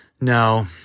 No